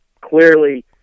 Clearly